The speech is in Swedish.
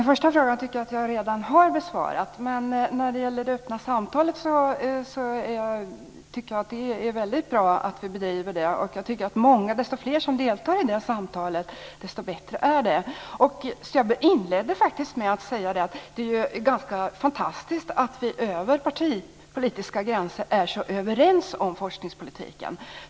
Fru talman! Jag tycker att jag redan har besvarat den första frågan. Det är väldigt bra att vi bedriver det öppna samtalet. Ju fler som deltar i det samtalet, desto bättre är det. Jag inledde faktiskt med att säga att det är ganska fantastiskt att vi över partipolitiska gränser är så överens om forskningspolitiken.